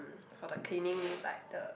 for the cleaning like the